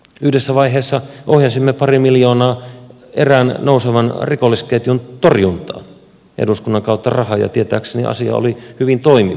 yhdessä vaiheessa ohjasimme parin miljoonan erän nousevan rikollisketjun torjuntaan eduskunnan kautta rahaa ja tietääkseni asia oli hyvin toimiva